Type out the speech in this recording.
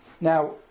Now